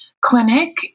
Clinic